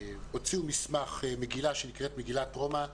הוציאו מסמך, מגילה שנקראת מגילת רומא.